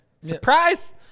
surprise